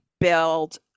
build